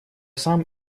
сам